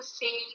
say